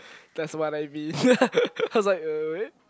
that's what I mean I was like uh wait